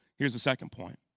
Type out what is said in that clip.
here's the second point